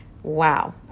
Wow